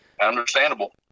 Understandable